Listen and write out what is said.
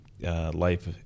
life